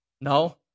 no